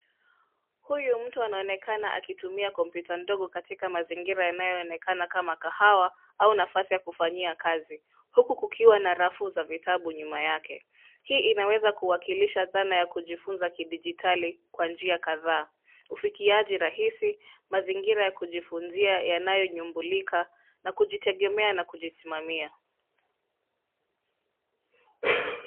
Huyu mtu anaonekana akitumia kompyuta ndogo katika mazingira yanayoonekana kama kahawa au nafasi ya kufanyia kazi huku kukiwa na rafu za vitabu nyuma yake. Hii inaweza kuwakilisha dhana ya kujifunza kidijitali kwa njia kadhaa, ufikiaji rahisi, mazingira ya kujifunzia yanayonyumbulika na kujitegemea na kujisimamia.